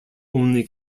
only